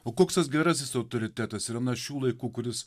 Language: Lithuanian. o koks tas gerasis autoritetas yra na šių laikų kuris